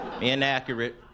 inaccurate